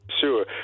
Sure